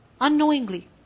Unknowingly